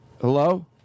hello